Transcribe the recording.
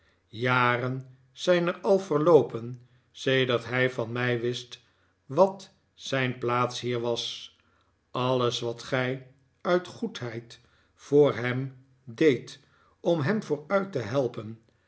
jaren zijn er al verloopen sedert hij van mij wist wat zijn plaats hier was alles wat gij uit goedheid voor hem deedt om hem vooruit te helpen